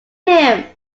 him